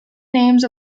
names